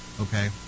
Okay